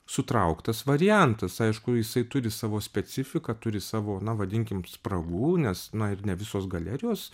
sutrauktas variantas aišku jisai turi savo specifiką turi savo na vadinkim spragų nes na ir ne visos galerijos